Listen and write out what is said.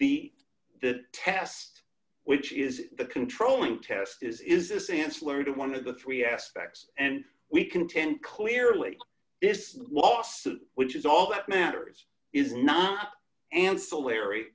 the that test which is the controlling test is is this ancillary to one of the three aspects and we contend clearly this lawsuit which is all that matters is not an